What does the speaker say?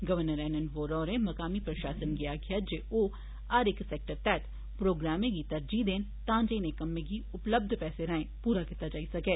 governor N N Vohra होरें मकामी प्रशासन गी आखेआ ऐ जे ओह् हर इक सैक्टर तैह्त प्रोग्रामें गी तरजीह् देन तांजे इनें कम्में गी उपलब्ध पैसे राए पूरा कीता जाई सकै